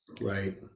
Right